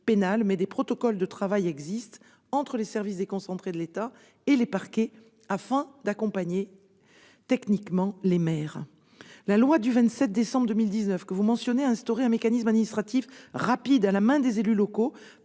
mais des protocoles de travail existent entre les services déconcentrés de l'État et les parquets, afin d'accompagner techniquement les maires. La loi du 27 décembre 2019 que vous mentionnez a instauré un mécanisme administratif rapide, qui est à la main des élus locaux